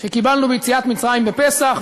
שקיבלנו ביציאת מצרים בפסח,